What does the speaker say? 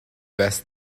best